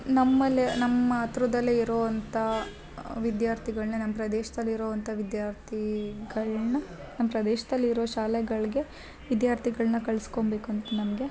ನಮ್ಮಲ್ಲೇ ನಮ್ಮ ಹತ್ರದಲ್ಲೇ ಇರೋ ಅಂಥ ವಿದ್ಯಾರ್ಥಿಗಳ್ನೆ ನಮ್ಮ ಪ್ರದೇಶ್ದಲ್ಲಿ ಇರೋ ಅಂಥ ವಿದ್ಯಾರ್ಥಿಗಳ್ನ ನಮ್ಮ ಪ್ರದೇಶದ್ಲಲಿರೋ ಶಾಲೆಗಳ್ಗೆ ವಿದ್ಯಾರ್ತೀಗಳ್ನ ಕಳ್ಸ್ಕೊಬೇಕು ಅಂತ ನಮಗೆ